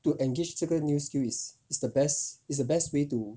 to engage 这个 new skill is the best is the best way to